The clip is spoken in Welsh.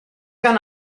gan